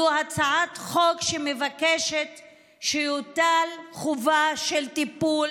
זו הצעת חוק שמבקשת שתוטל חובה של טיפול